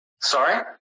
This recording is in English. Sorry